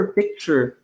picture